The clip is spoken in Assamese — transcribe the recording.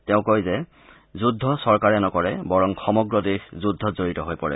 তেওঁ কয় যে যুদ্ধ চৰকাৰে নকৰে বৰং সমগ্ৰ দেশ যুদ্ধত জড়িত হৈ পৰে